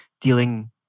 dealing